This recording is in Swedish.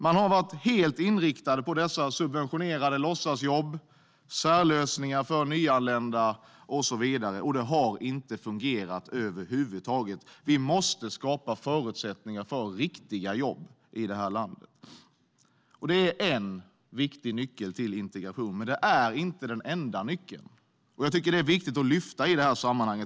Man har varit helt inriktad på de subventionerade låtsasjobben, särlösningarna för nyanlända och så vidare, och det har inte fungerat över huvud taget. Vi måste skapa förutsättningar för riktiga jobb i det här landet. Det är en viktig nyckel till integration, men det är inte den enda nyckeln. Det tycker jag är viktigt att lyfta upp i detta sammanhang.